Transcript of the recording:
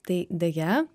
tai deja